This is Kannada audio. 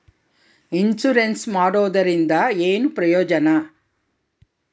ಇನ್ಸುರೆನ್ಸ್ ಮಾಡ್ಸೋದರಿಂದ ಏನು ಪ್ರಯೋಜನ?